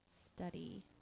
study